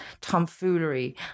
tomfoolery